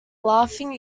laughing